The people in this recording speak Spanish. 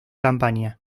campaña